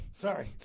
Sorry